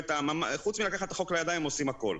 חוץ מאשר לקחת את החוק לידיים עושים הכול.